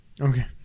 Okay